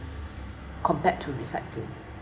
compared to recycling